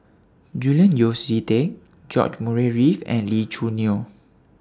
Julian Yeo See Teck George Murray Reith and Lee Choo Neo